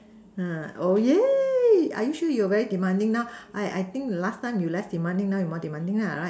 ha oh yeah are you sure you're very demanding now I I think last time you less demanding now you more demanding ah right